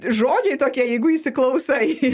žodžiai tokie jeigu įsiklausai